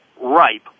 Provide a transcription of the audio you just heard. ripe